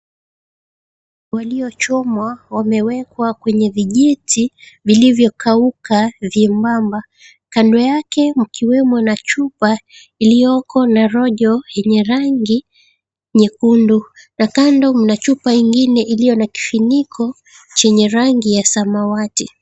Waliochomwa wamewekwa kwenye vijiti vilivyokauka vyembamba kando yake mkiwemo na chupa iliyoko na rojo yenye rangi nyekundu na kando mna chupa ingine iliyo na kifuniko chenye rangi ya samawati.